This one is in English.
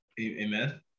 Amen